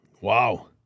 wow